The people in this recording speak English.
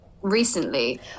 recently